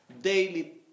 daily